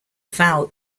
vowel